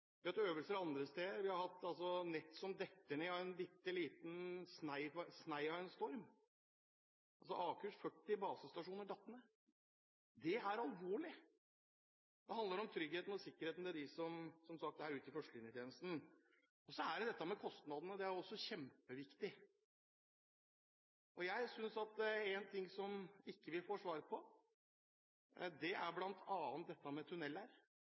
vi har hatt øvelser andre steder. Vi har hatt nett som har falt ut av en bitteliten snei av en storm. I Akershus falt 40 basestasjoner ut. Det er alvorlig. Det handler om tryggheten og sikkerheten til dem som er ute i førstelinjetjenesten. Og så er det dette med kostnadene. Det er også kjempeviktig. En ting som vi ikke får svar på,